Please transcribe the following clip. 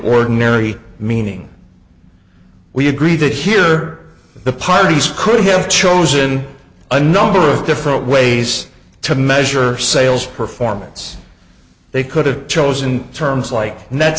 ordinary meaning we agree that here the parties could have chosen a number of different ways to measure sales performance they could have chosen terms like net